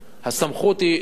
הסמכות היא לכסף,